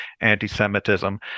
anti-Semitism